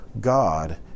God